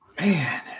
Man